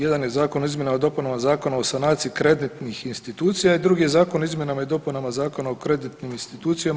Jedan je Zakon o izmjenama i dopunama Zakona o sanaciji kreditnih institucija i drugi je Zakon o izmjenama i dopunama Zakona o kreditnim institucijama.